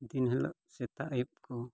ᱫᱤᱱ ᱦᱤᱞᱳᱜ ᱥᱮᱛᱟᱜ ᱟᱹᱭᱩᱵ ᱠᱚ